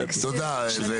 תודה זאב.